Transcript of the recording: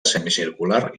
semicircular